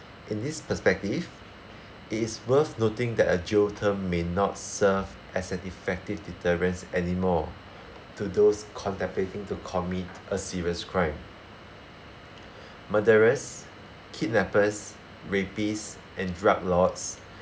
in this perspective it is worth noting that a jail term may not serve as an effective deterrence anymore to those contemplating to commit a serious crime murderers kidnappers rapists and drug lords